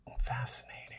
Fascinating